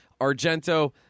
Argento